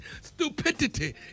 Stupidity